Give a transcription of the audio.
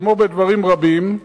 כמו בדברים רבים,